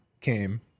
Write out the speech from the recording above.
came